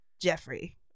Jeffrey